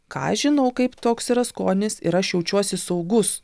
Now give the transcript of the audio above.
ką aš žinau kaip toks yra skonis ir aš jaučiuosi saugus